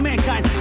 Mankind